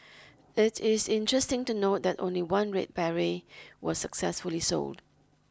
it is interesting to note that only one red beret was successfully sold